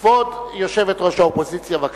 כבוד יושבת-ראש האופוזיציה, בבקשה.